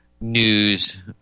news